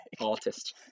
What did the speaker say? artist